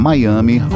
Miami